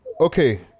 Okay